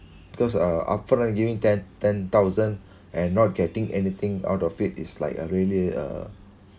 because upfront giving ten ten thousand and not getting anything out of it is like a really a